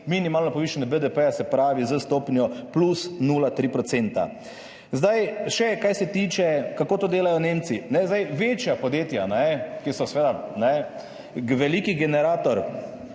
minimalno povišanje BDP, se pravi s stopnjo plus 0,3 procenta. Kar se tiče tega, kako to delajo Nemci. Večja podjetja, ki so seveda velik generator